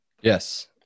Yes